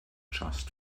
just